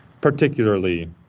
particularly